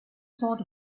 sort